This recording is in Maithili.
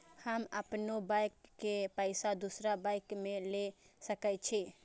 हम अपनों बैंक के पैसा दुसरा बैंक में ले सके छी?